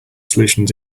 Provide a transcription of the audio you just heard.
solutions